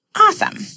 Awesome